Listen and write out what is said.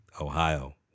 Ohio